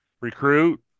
recruit